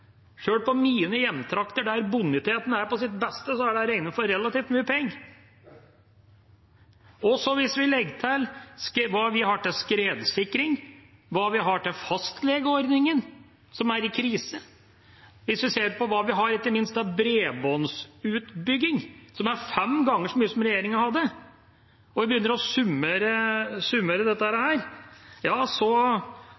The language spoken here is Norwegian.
Sjøl på mine hjemtrakter, der boniteten er på sitt beste, er det regnet for relativt mye penger. Hvis vi også legger til det vi har til skredsikring, til fastlegeordningen, som er i krise, og ikke minst hvis vi ser på hva vi har til bredbåndsutbygging, som er fem ganger så mye som regjeringa har, og begynner å summere dette,